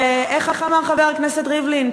ואיך אמר חבר הכנסת ריבלין?